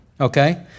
okay